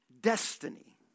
destiny